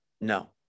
no